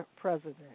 president